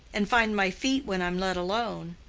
and find my feet when i'm let alone.